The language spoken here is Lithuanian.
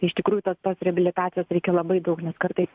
iš tikrųjų tas pats reabilitacijos reikia labai daug nes kartais